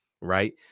right